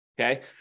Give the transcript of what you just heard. okay